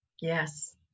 Yes